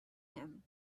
him